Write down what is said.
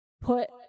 put